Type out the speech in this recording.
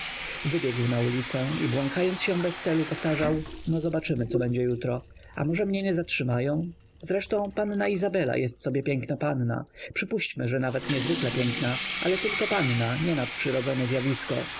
wybiegł na ulicę i błąkając się bez celu powtarzał no zobaczymy co będzie jutro a może mnie nie zatrzymają zresztą panna izabela jest sobie piękna panna przypuśćmy że nawet niezwykle piękna ale tylko panna nie naprzyrodzone zjawisko